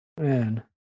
Man